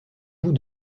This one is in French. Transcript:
bout